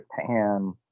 Japan